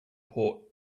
port